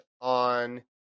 on